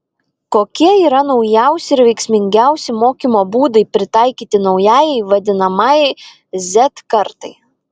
kokie yra naujausi ir veiksmingiausi mokymo būdai pritaikyti naujajai vadinamajai z kartai